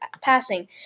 passing